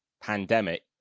pandemic